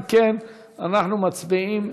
אם כן, אנחנו מצביעים.